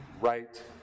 right